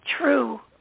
true